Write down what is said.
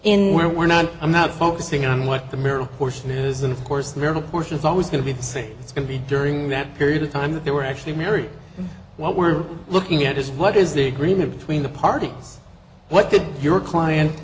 in where we're not i'm not focusing on what the mirror or snooze and of course the marital portion is always going to be the same it's going to be during that period of time that they were actually married what we're looking at is what is the agreement between the parties what did your client